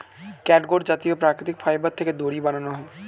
catgut জাতীয় প্রাকৃতিক fibre থেকে দড়ি বানানো হয়